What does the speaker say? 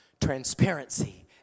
Transparency